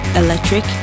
electric